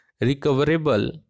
recoverable